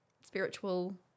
spiritual